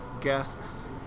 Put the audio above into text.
guests